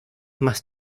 más